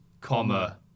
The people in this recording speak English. Comma